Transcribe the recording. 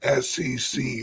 SEC